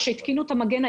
כשהתקינו את המגן,